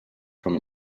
from